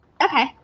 Okay